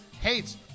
Hates